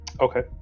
okay